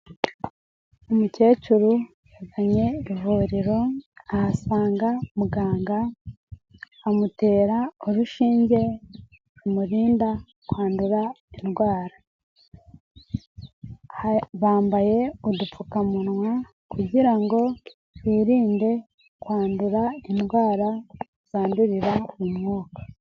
Umukecuru yazanye ivuriro ahasanga muganga amutera urushinge rumurinda kwandura indwara. Bambaye udupfukamunwa kugira ngo Birinde kwandura indwara zandurira mu mwuka.